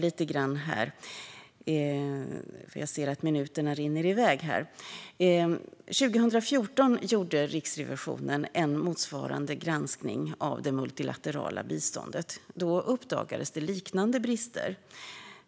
År 2014 gjorde Riksrevisionen en motsvarande granskning av det multilaterala biståndet. Då uppdagades liknande brister.